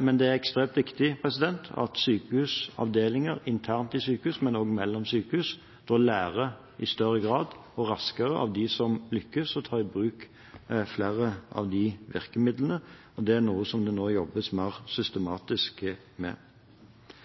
Men det er ekstremt viktig at sykehus – avdelinger internt i sykehus, og også sykehus seg imellom – i større grad og raskere lærer av dem som lykkes og lærer å ta i bruk flere av virkemidlene. Det er noe som det nå jobbes mer systematisk med.